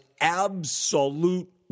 absolute